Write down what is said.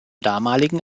damaligen